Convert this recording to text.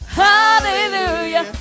hallelujah